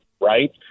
right